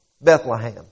Bethlehem